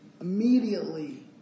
immediately